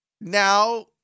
Now